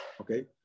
okay